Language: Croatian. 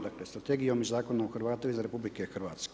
Dakle, strategijom i Zakonom o Hrvatima izvan RH.